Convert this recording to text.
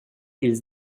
ils